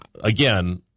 again